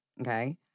okay